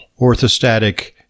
orthostatic